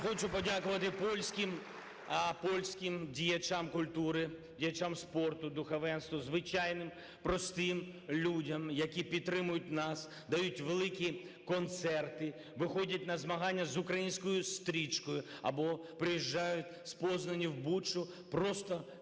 хочу подякувати польським діячам культури, діячам спорту, духовенству, звичайним простим людям, які підтримують нас, дають великі концерти, виходять на змагання з українською стрічкою або приїжджають з Познані в Бучу просто пекти